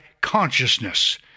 consciousness